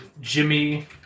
Jimmy